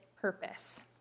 purpose